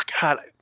God